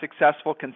successful